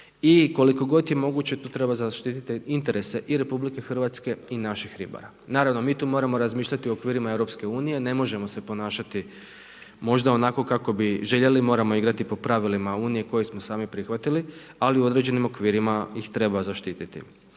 i koliko god je moguće tu treba zaštititi interese i RH i naših ribara. Naravno mi tu moramo razmišljati u okvirima EU, ne možemo se ponašati možda onako kako bi željeli. Moramo igrati po pravilima Unije koje smo sami prihvatili, ali u određenim okvirima ih treba zaštititi.